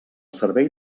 servei